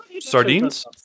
Sardines